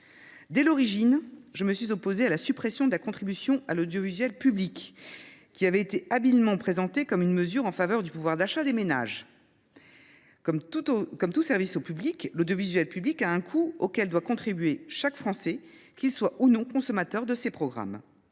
Dès l’origine, je me suis opposée à la suppression de la contribution à l’audiovisuel public, qui avait été habilement présentée comme une mesure en faveur du pouvoir d’achat des ménages. Comme tout service au public, l’audiovisuel public a un coût auquel doit contribuer chaque Français, qu’il soit ou non consommateur de ses programmes.